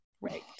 Right